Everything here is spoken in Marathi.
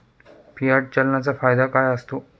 फियाट चलनाचा फायदा काय असतो?